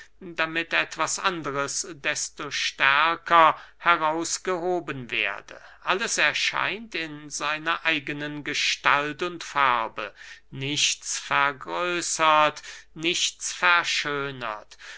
damit etwas anderes desto stärker herausgehoben werde alles erscheint in seiner eigenen gestalt und farbe nichts vergrößert nichts verschönert